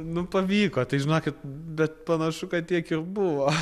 nu pavyko tai žinokit bet panašu kad tiek ir buvo